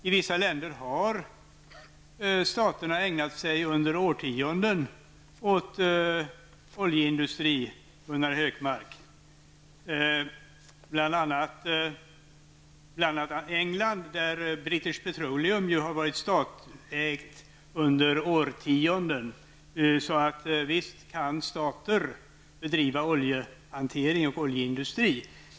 I vissa länder har staten i årtionden ägnat sig åt oljeindustrin, Gunnar Hökmark. Det gäller bl.a. i England, där British Petroleum har varit statligt ägt under årtionden. Staten kan således bedriva oljehantering och oljeindustri.